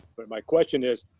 but my question is,